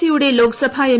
സിയുടെ ലോക്സഭ എം